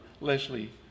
Leslie